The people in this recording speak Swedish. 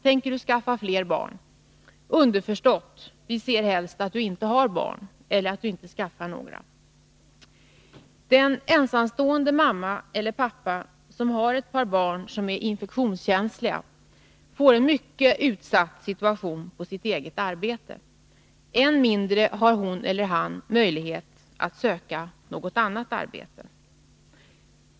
Tänker du skaffa fler barn? Underförstått: Vi ser helst att du inte har barn eller att du inte skaffar några. Den ensamstående mamma eller pappa som har ett par barn som är infektionskänsliga får en mycket utsatt situation på sitt eget arbete. Än mindre har hon eller han möjlighet att söka något annat arbete.